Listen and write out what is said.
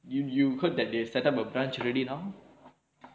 you you heard that they set up a branch already now